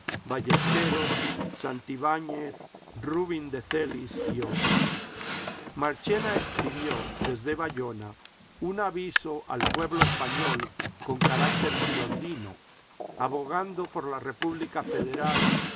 ballesteros santibáñez rubín de celis y otros marchena escribió desde bayona un aviso al pueblo español con carácter girondino abogando por la república federal